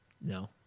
No